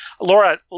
Laura